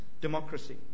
democracy